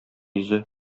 йөзе